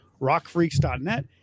rockfreaks.net